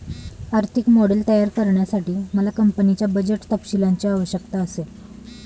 आर्थिक मॉडेल तयार करण्यासाठी मला कंपनीच्या बजेट तपशीलांची आवश्यकता असेल